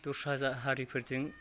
दस्रा जा हारिफोरजों